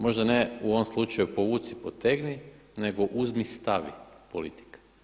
Možda ne u ovom slučaju povuci potegni nego uzmi stavi politika.